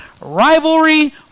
rivalry